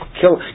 Kill